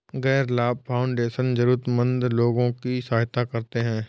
गैर लाभ फाउंडेशन जरूरतमन्द लोगों की सहायता करते हैं